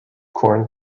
corn